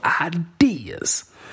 ideas